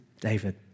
David